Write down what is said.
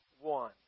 one